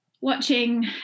watching